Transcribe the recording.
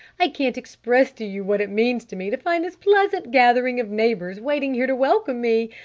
i can't express to you what it means to me to find this pleasant gathering of neighbors waiting here to welcome me!